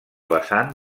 vessant